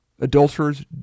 Adulterers